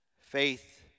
Faith